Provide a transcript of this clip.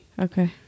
okay